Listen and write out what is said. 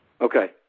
Okay